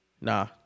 Nah